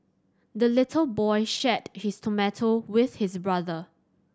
the little boy shared his tomato with his brother